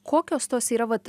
kokios tos yra vat